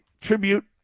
tribute